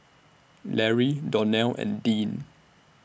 Larry Donell and Dean